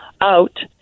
out